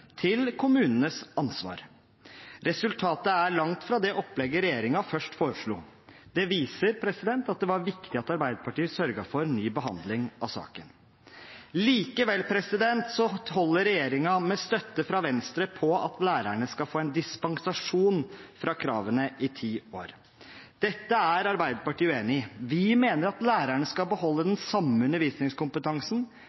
til kommunenes ansvar. Resultatet er langt fra det opplegget regjeringen først foreslo. Det viser at det var viktig at Arbeiderpartiet sørget for ny behandling av saken. Likevel holder regjeringen – med støtte fra Venstre – på at lærerne skal få en dispensasjon fra kravene i ti år. Dette er Arbeiderpartiet uenig i. Vi mener at lærerne skal beholde